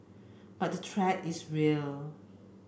but the threat is real